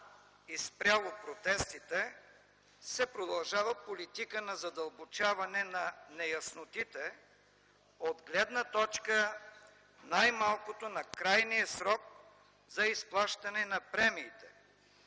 и спряло протестите, се продължава политика на задълбочаване на неяснотите от гледна точка най-малкото на крайния срок за изплащане на премиите.